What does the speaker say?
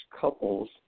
couples